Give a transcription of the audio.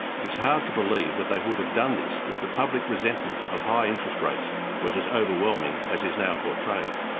it is hard to believe that they would have done this if the public resentment of high interest rates was as overwhelming as is now portrayed.